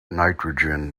nitrogen